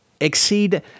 exceed